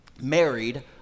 married